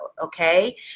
okay